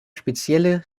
spezielle